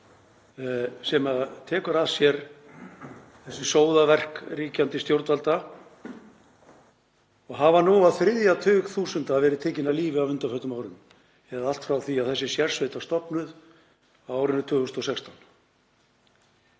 sem tekur að sér þessi sóðaverk ríkjandi stjórnvalda og hafa nú á þriðja tug þúsunda verið tekin af lífi á undanförnum árum eða allt frá því að sérsveit var stofnuð á árinu 2016.